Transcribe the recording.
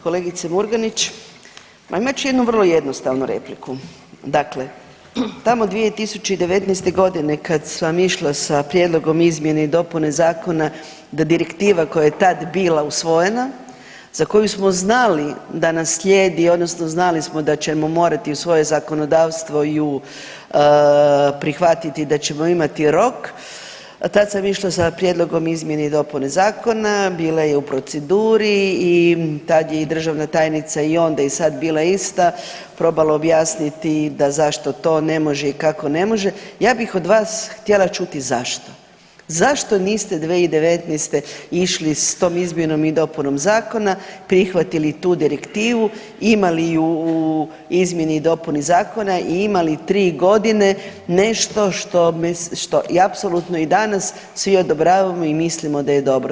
Kolegice Murganić, ma imat ću jednu vrlo jednostavnu repliku, dakle tamo 2019.g. kad sam išla sa prijedlogom izmjena i dopuna zakona da direktiva koja je tad bila usvojena, za koju smo znali da nam slijedi odnosno znali smo da ćemo morati u svoje zakonodavstvo ju prihvatiti, da ćemo imati rok, tad sam išla sa prijedlogom izmjene i dopune zakona, bila je u proceduri i tad je i državna tajnica i onda i sad bila ista, probala objasniti da zašto to ne može i kako ne može, ja bih od vas htjela čuti zašto, zašto niste 2019. išli s tom izmjenom i dopunom zakona prihvatili tu direktivu, imali ju u izmjeni i dopuni zakona i imali 3 godine nešto što, što i apsolutno i danas svi odobravamo i mislimo da je dobro.